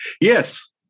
yes